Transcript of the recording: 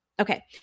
Okay